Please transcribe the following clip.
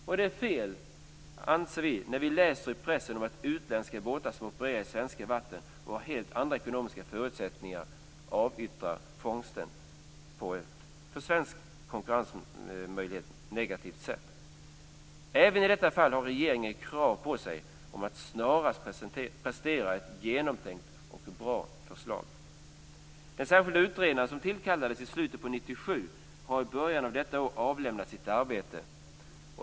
Vi anser att det är fel, som vi läser i pressen, att utländska båtar opererar i svenska vatten som har helt andra ekonomiska förutsättningar att avyttra fångsten på ett för svenska konkurrensmöjligheter negativt sätt. Även i detta fall har regeringen krav på sig att snarast prestera ett genomtänkt och bra förslag. Den särskilda utredaren som tillkallades i slutet på 1997 har i början av detta år avlämnat sitt arbete.